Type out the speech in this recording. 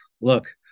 look